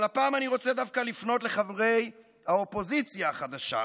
אבל הפעם אני רוצה דווקא לפנות לחברי האופוזיציה החדשה,